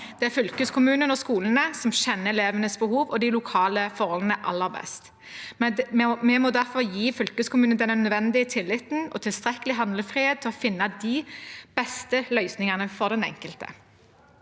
Det er fylkeskommunene og skolene som kjenner elevenes behov og de lokale forholdene aller best. Vi må derfor gi fylkeskommunene den nødvendige tilliten og tilstrekkelig handlefrihet til å finne de beste løsningene for den enkelte.